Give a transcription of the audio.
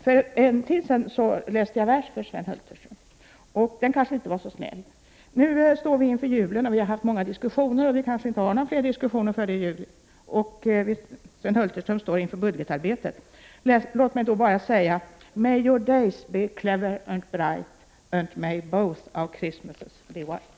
För en tid sedan läste jag en vers för Sven Hulterström. Den kanske inte var så snäll. Nu står vi inför julen, och vi har haft många diskussioner, och vi kommer kanske inte att ha några fler diskussioner före jul eller före det budgetarbete som Sven Hulterström står inför. Jag vill därför avsluta med följande ord: